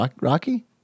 Rocky